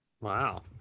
Wow